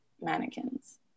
mannequins